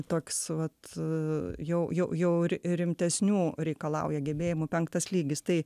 toks vat jau jau jau ir rimtesnių reikalauja gebėjimų penktas lygis tai